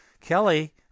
Kelly